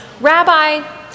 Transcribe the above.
Rabbi